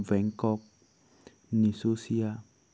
বেংকক নিচোচিয়া